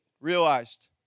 realized